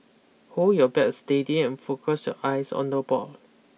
hold your bat steady and focus your eyes on the ball